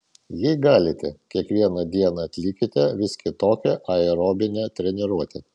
jei galite kiekvieną dieną atlikite vis kitokią aerobinę treniruotę